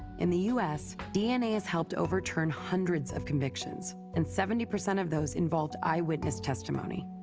in the us, dna has helped overturn hundreds of convictions, and seventy percent of those involved eyewitness testimony.